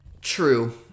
True